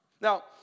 Now